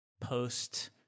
post-